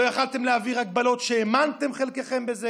לא יכולתם להעביר הגבלות שחלקכם האמנתם בהן.